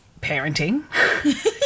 parenting